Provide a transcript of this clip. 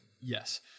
Yes